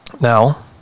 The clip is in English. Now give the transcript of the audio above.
Now